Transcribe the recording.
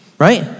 right